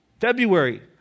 February